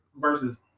versus